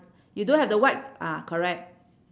you don't have the white ah correct